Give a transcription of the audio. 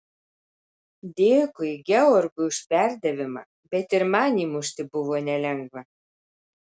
dėkui georgui už perdavimą bet ir man įmušti buvo nelengva